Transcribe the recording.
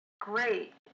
great